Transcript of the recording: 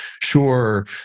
Sure